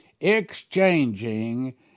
exchanging